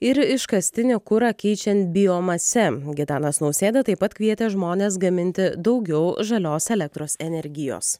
ir iškastinį kurą keičiant biomase gitanas nausėda taip pat kvietė žmones gaminti daugiau žalios elektros energijos